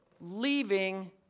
leaving